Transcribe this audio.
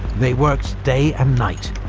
they worked day and night,